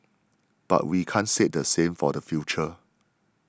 but we can't say the same for the future